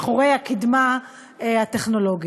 מאחורי הקדמה הטכנולוגית.